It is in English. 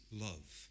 love